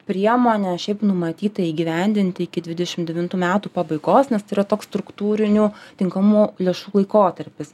priemonė šiaip numatyta įgyvendinti iki dvidešim devintų metų pabaigos nes tai yra toks struktūrinių tinkamų lėšų laikotarpis